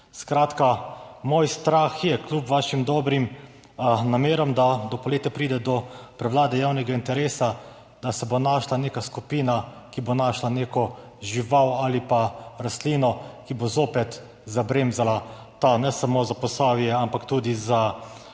Skratka, moj strah je kljub vašim dobrim nameram, da do poletja pride do prevlade javnega interesa, da se bo našla neka skupina, ki bo našla neko žival ali pa rastlino, ki bo spet zaustavila ta, ne samo za Posavje, ampak tudi za